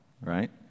right